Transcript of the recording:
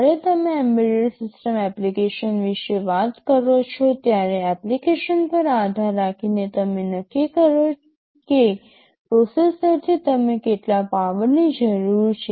જ્યારે તમે embedded system application વિશે વાત કરો છો ત્યારે એપ્લિકેશન પર આધાર રાખીને તમે નક્કી કરો કે પ્રોસેસરથી તમને કેટલા પાવરની જરૂર છે